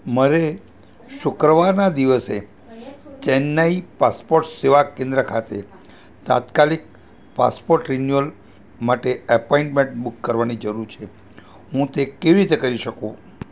મારે શુક્રવારના દિવસે ચેન્નઈ પાસપોર્ટ સેવા કેન્દ્ર ખાતે તાત્કાલિક પાસપોર્ટ રિન્યુઅલ માટે એપોઈન્ટમેન્ટ બુક કરાવવાની જરૂર છે હું તે કેવી રીતે કરી શકું